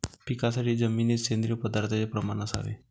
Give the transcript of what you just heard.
पिकासाठी जमिनीत सेंद्रिय पदार्थाचे प्रमाण असावे